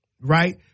right